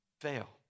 fail